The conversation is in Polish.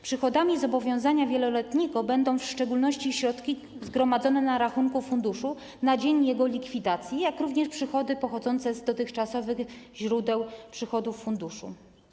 Przychodami zobowiązania wieloletniego będą w szczególności środki zgromadzone na rachunku funduszu na dzień jego likwidacji, jak również przychody pochodzące z dotychczasowych źródeł przychodów funduszu.